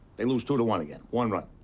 they lose two to one again. one run.